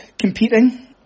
competing